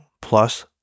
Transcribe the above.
plus